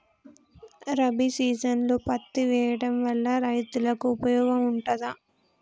రబీ సీజన్లో పత్తి వేయడం వల్ల రైతులకు ఉపయోగం ఉంటదా?